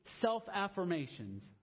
self-affirmations